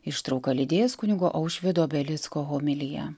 ištrauką lydės kunigo aušvydo belicko homilija